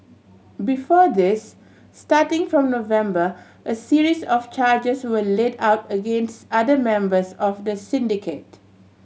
before this starting from November a series of charges were laid out against other members of the syndicate